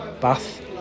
bath